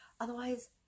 Otherwise